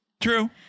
True